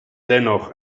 dennoch